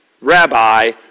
Rabbi